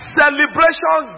celebration